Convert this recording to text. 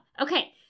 okay